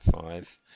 Five